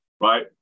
right